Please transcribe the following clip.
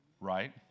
right